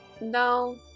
no